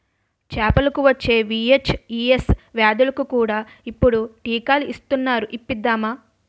చేపలకు వచ్చే వీ.హెచ్.ఈ.ఎస్ వ్యాధులకు కూడా ఇప్పుడు టీకాలు ఇస్తునారు ఇప్పిద్దామా